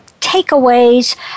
takeaways